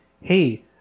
hey